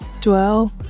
dwell